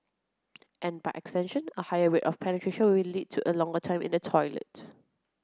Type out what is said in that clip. and by extension a higher way of penetration will lead to a longer time in the toilet